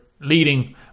leading